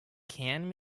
can